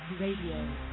Radio